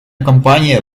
компанія